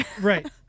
Right